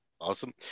Awesome